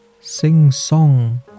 sing-song